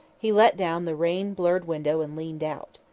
he let down the rain-blurred window and leaned out.